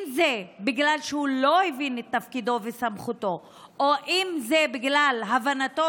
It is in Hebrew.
אם זה בגלל שהוא לא הבין את תפקידו וסמכותו או אם זה בגלל הבנתו